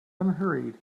unhurried